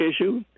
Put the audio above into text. issue